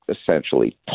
essentially